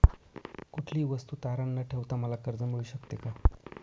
कुठलीही वस्तू तारण न ठेवता मला कर्ज मिळू शकते का?